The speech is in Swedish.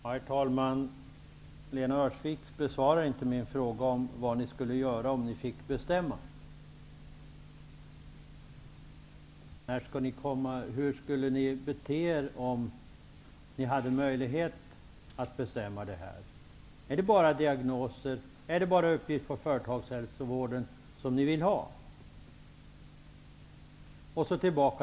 Herr talman! Lena Öhrsvik besvarade inte min fråga om vad ni skulle göra om ni fick bestämma. Hur skulle ni alltså bete er om ni hade möjlighet att bestämma här? Är det bara diagnoser och uppgifter i fråga om företagshälsovården som ni vill ha?